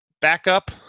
backup